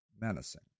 Menacing